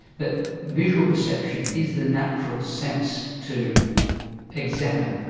that visual perception is the natural sense to examine,